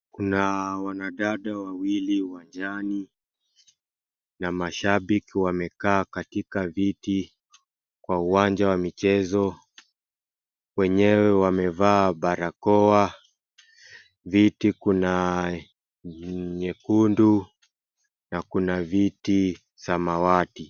Kuna wanadada wawili uwanjani na mashibiki wamekaa katika viti kwa uwanja wa michezo. Wenyewe wamevaa barakoa. Viti kuna nyekundu na viti samawati.